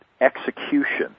execution